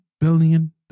billion